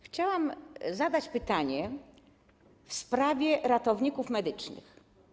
Chciałam zadać pytanie w sprawie ratowników medycznych.